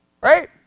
Right